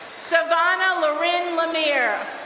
silvana lauryn lamiere,